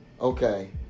Okay